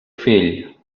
fill